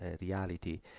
reality